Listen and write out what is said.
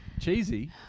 Cheesy